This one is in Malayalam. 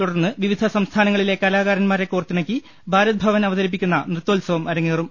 തുടർന്ന് വിവിധ സംസ്ഥാനങ്ങളിലെ കലാകാരൻമാരെ കോർത്തിണക്കി ഭാരത്ഭവൻ അവതരിപ്പിക്കുന്ന നൃത്തോത്സവം അരങ്ങേറും